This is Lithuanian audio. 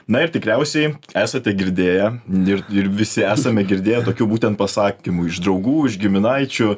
na ir tikriausiai esate girdėję ir ir visi esame girdėję tokių būtent pasakymų iš draugų iš giminaičių